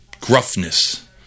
gruffness